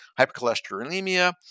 hypercholesterolemia